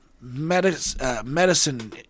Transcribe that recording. medicine